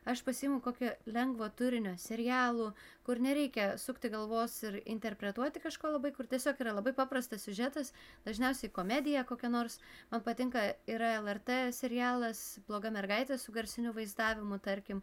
aš pasiimu kokio lengvo turinio serialų kur nereikia sukti galvos ir interpretuoti kažko labai kur tiesiog yra labai paprastas siužetas dažniausiai komedija kokia nors man patinka yra lrt serialas bloga mergaitė su garsiniu vaizdavimu tarkim